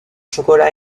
chocolat